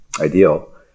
ideal